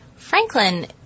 Franklin